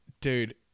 dude